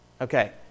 Okay